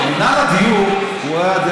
מינהל הדיור, זה לא התפקיד שלהם?